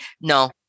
no